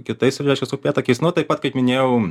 kitais jau reiškias upėtakiais nu taip pat kaip minėjau